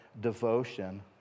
devotion